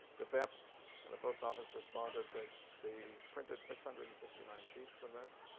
the bep and the post office responded that they printed six hundred and sixty nine sheets from this,